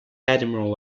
admiral